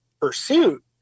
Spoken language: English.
pursuit